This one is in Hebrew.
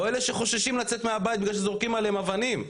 או אלה שחוששים לצאת מהבית בגלל שזורקים עליהם אבנים,